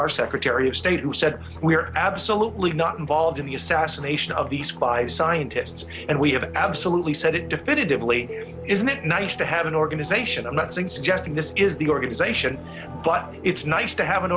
our secretary of state who said we are absolutely not involved in the assassination of these five scientists and we have absolutely said it definitively isn't it nice to have an organization i'm not suggesting this is the organization but it's nice to have an